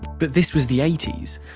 but this was the eighties.